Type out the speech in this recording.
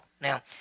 Now